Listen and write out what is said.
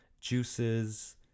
juices